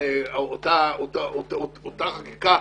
אותה חקיקה,